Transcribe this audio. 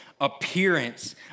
appearance